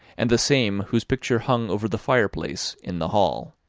and the same whose picture hung over the fireplace in the hall.